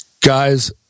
guys